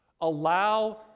Allow